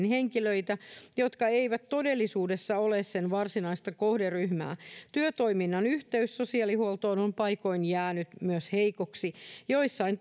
henkilöitä jotka eivät todellisuudessa ole sen varsinaista kohderyhmää työtoiminnan yhteys sosiaalihuoltoon on paikoin jäänyt myös heikoksi joissain